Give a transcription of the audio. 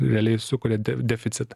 realiai sukuria deficitą